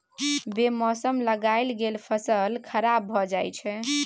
बे मौसम लगाएल गेल फसल खराब भए जाई छै